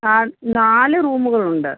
ആ നാല് റൂമുകളുണ്ട്